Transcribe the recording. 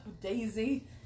daisy